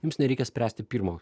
jums nereikia spręsti pirmo